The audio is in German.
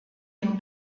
dem